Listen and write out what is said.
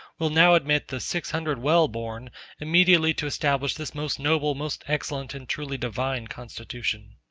will now admit the six hundred well-born immediately to establish this most noble, most excellent, and truly divine constitution.